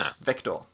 vector